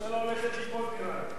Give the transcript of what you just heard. ההצעה להעביר את הצעת חוק מס